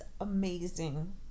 amazing